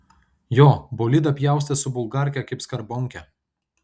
jo bolidą pjaustė su bulgarke kaip skarbonkę